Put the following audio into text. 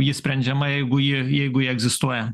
ji sprendžiama jeigu ji jeigu ji egzistuoja